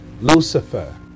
lucifer